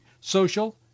social